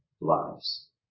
lives